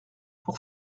pour